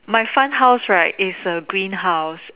my fun house right is a green house